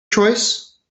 choice